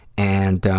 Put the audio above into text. and, ah,